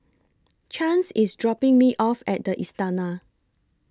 Chance IS dropping Me off At The Istana